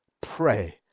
pray